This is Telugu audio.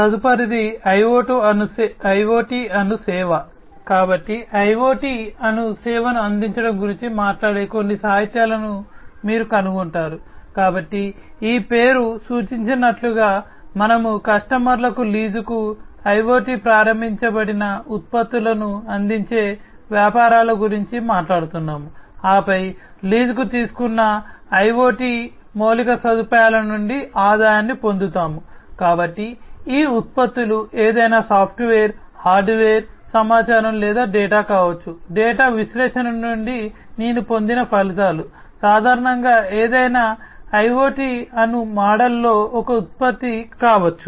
తదుపరిది ఐయోటి అను సేవ మోడల్లో ఒక ఉత్పత్తి కావచ్చు